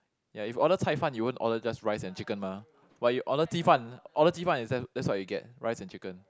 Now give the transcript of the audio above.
ya if you order cai fan you won't order just rice and chicken mah but you order 鸡饭 order 鸡饭 is that's that's what you get rice and chicken